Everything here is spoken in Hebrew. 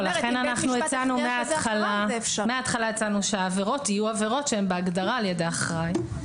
לכן מהתחלה הצענו שהעבירות יהיו עבירות שהן בהגדרה בידי אחראי.